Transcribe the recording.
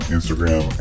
Instagram